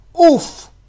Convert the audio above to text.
Oof